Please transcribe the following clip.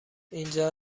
اینجا